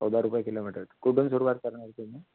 चौदा रुपये किलोमीटर कुठून सुरवात करणार तुम्ही